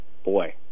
boy